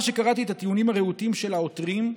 אחר שקראתי את הטיעונים הרהוטים של העותרים,